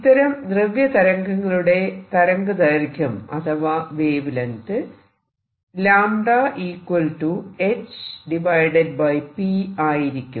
ഇത്തരം ദ്രവ്യ തരംഗങ്ങളുടെ തരംഗദൈർഘ്യം അഥവാ വേവ് ലെങ്ത് 𝜆 h p ആയിരിക്കും